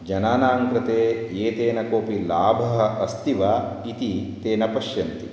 जनानां कृते एतेन कोऽपि लाभः अस्ति वा इति ते न पश्यन्ति